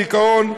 דיכאון,